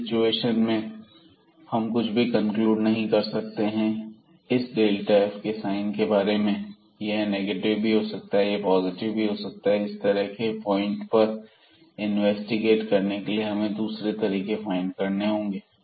इस सिचुएशन में हम कुछ भी कनक्लूड नहीं कर सकते हैं इस f के साइन के बारे में यह नेगेटिव भी हो सकता है यह पॉजिटिव भी हो सकता है इस तरह के पॉइंट पर इन्वेस्टिगेट करने के लिए हमें दूसरे तरीके फाइंड करने होंगे